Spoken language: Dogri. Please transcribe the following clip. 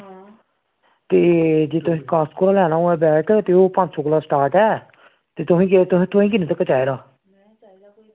ते जे तुसी कास्को दा लैना होऐ बैट ते ओह् पंज सौ कोला स्टार्ट ऐ ते तुसें केह् तुसें तुसें किन्ने तक चाहिदा